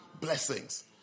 Blessings